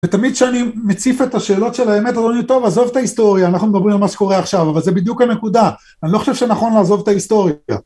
ותמיד כשאני מציף את השאלות של האמת, אדוני טוב עזוב את ההיסטוריה, אנחנו מדברים על מה שקורה עכשיו אבל זה בדיוק הנקודה, אני לא חושב שנכון לעזוב את ההיסטוריה